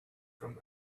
from